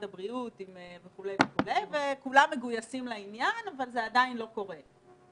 הבריאות וכולי וכולם מגויסים לעניין אבל זה עדיין לא קורה.